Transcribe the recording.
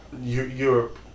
europe